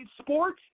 sports